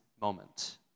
moment